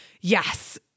yes